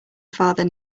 father